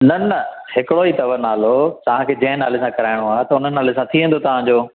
न न हिकिड़ो ई अथव नालो तव्हांखे जंहिं नाले सां कराइणो आहे त उन नाले सां थी वेंदो तव्हांजो